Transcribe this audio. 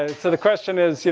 and so the question is, you